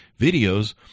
videos